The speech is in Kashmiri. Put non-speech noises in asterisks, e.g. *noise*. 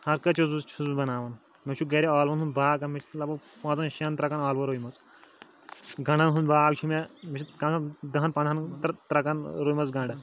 ہَر کانٛہہ چیٖز *unintelligible* چھُس بہٕ بَناوان مےٚ چھُ گَرِ ٲلوَن ہُنٛد باغَہ مےٚ چھُ لگ بگ پانٛژَن شٮ۪ن ترٛکَن ٲلوٕ رُیمٕژ گَنٛڈَن ہُنٛد باغ چھُ مےٚ مےٚ چھِ *unintelligible* دَہَن پَنٛدہَن ترٛکَن رُوٗمٕژ گَنٛڈٕ